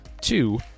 two